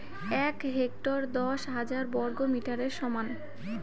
এক হেক্টর দশ হাজার বর্গমিটারের সমান